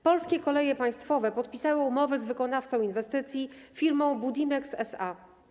Polskie Koleje Państwowe podpisały umowę z wykonawcą inwestycji, firmą Budimex SA.